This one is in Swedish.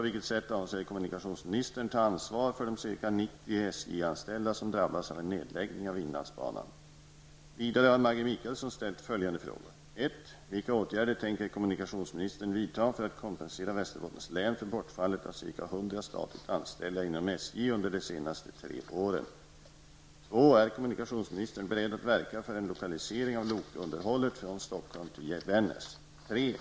Vidare har Maggi Mikaelsson ställt följande frågor: 2. Är kommunikationsministern beredd att verka för en lokalisering av lokunderhållet från 3.